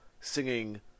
singing